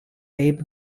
tape